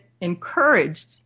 encouraged